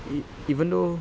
e~ even though